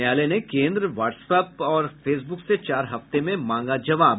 न्यायालय ने केन्द्र वाट्सएप और फेसबुक से चार हफ्ते में मांगा जवाब